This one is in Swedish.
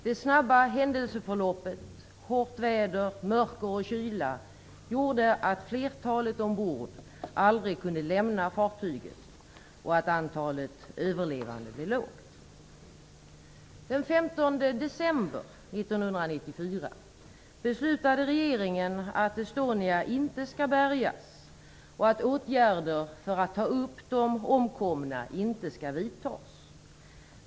Det snabba händelseförloppet, hårt väder, mörker och kyla gjorde att flertalet ombord aldrig kunde lämna fartyget och att antalet överlevande blev lågt. Estonia inte skall bärgas och att åtgärder för att ta upp de omkomna inte skall vidtas.